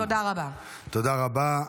תודה רבה.